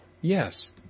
Yes